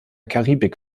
karibik